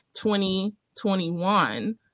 2021